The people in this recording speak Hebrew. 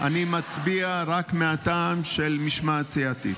אני מצביע רק מהטעם של משמעת סיעתית.